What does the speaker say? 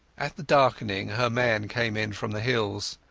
at the darkening her man came in from the hills,